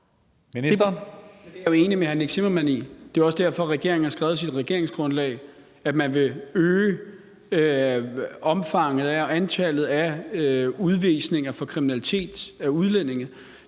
Det er jeg jo enig med hr. Nick Zimmermann i. Det er også derfor, at regeringen har skrevet i sit regeringsgrundlag, at man vil øge omfanget af og antallet af udvisninger for kriminalitet af udlændinge.